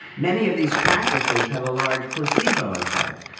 many of these practices have a large placebo effect,